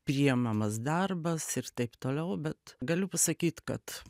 priimamas darbas ir taip toliau bet galiu pasakyt kad